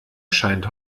scheint